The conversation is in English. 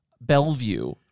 Bellevue